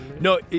No